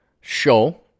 show